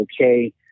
okay